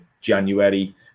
January